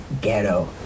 ghetto